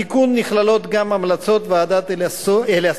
בתיקון נכללות גם המלצות ועדת-אליאסוף,